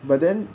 but then